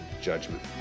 judgment